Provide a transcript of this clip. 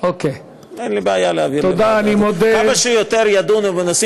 שעניינו בסמכות שר התחבורה והבטיחות